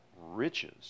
riches